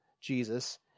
Jesus